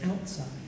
outside